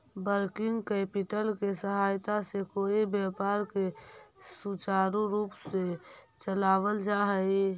working capital के सहायता से कोई व्यापार के सुचारू रूप से चलावल जा हई